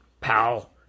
pal